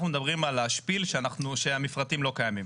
אנחנו מדברים על זה שהמפרטים לא קיימים.